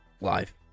live